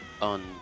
On